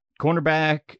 Cornerback